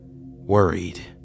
worried